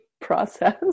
process